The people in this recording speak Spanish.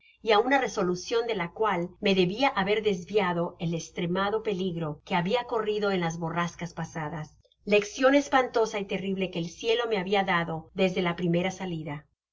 y á una resolucion de la cual me debia haber desviado el eslremado peligro que habia corrido en las borrascas pasadas leccion espantosa y terrible que el cielo me habia dado desde la primera salida el